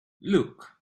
look